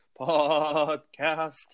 podcast